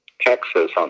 Texas